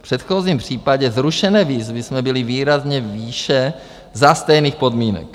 V předchozím případě zrušené výzvy jsme byli výrazně výše za stejných podmínek.